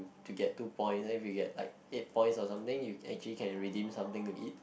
to get two point then we get like eight point or something you actually can redeem something to eat